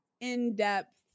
in-depth